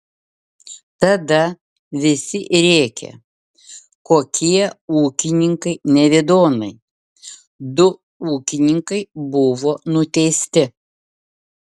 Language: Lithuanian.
tada visi rėkė kokie ūkininkai nevidonai du ūkininkai buvo nuteisti